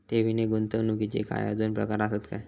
ठेव नी गुंतवणूकचे काय आजुन प्रकार आसत काय?